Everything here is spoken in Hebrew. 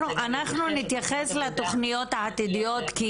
אנחנו נתייחס לתוכניות העתידיות,